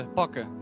pakken